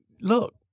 Look